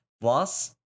plus